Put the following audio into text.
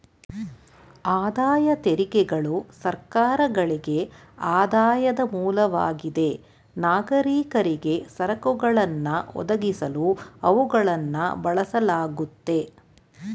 ಆದಾಯ ತೆರಿಗೆಗಳು ಸರ್ಕಾರಗಳ್ಗೆ ಆದಾಯದ ಮೂಲವಾಗಿದೆ ನಾಗರಿಕರಿಗೆ ಸರಕುಗಳನ್ನ ಒದಗಿಸಲು ಅವುಗಳನ್ನ ಬಳಸಲಾಗುತ್ತೆ